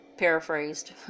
paraphrased